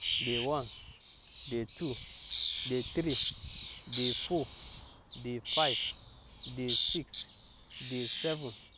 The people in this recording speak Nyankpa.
Day one, day two, day three, day four, day five, day six, day seven.